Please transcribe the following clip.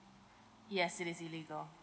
yes it is illegal